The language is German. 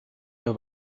der